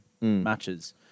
matches